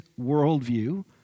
worldview